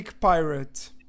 pirate